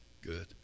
Good